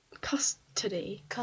custody